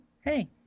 hey—